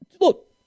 Look